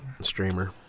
streamer